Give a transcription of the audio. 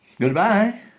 Goodbye